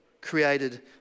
created